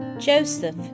joseph